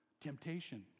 temptation